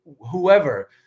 whoever